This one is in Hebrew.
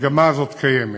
המגמה הזאת קיימת,